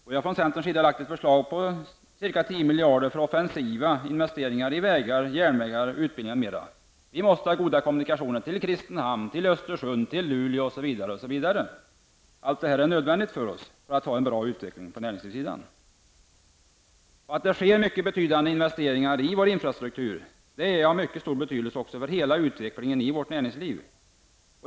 Vi har från centerns sida väckt ett förslag om att avsätta 10 miljarder för offensiva investeringar i vägar, järnvägar, utbildning m.m. Vi måste ha goda kommunikationer till Kristinehamn, Östersund, Luleå osv. Allt detta är nödvändigt för oss för att vi skall kunna få en bra utveckling i näringslivet. Att det görs mycket betydande investeringar i vår infrastruktur är av mycket stor betydelse också för hela utvecklingen av vårt näringsliv.